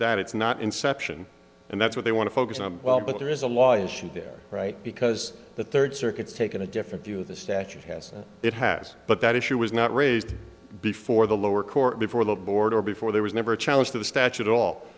that it's not inception and that's what they want to focus on well but there is a law issue there right because the third circuit's taken a different view of the statute has it has but that issue was not raised before the lower court before the board or before there was never a challenge to the statute a